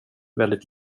väldigt